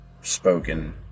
spoken